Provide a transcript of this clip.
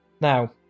Now